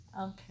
Okay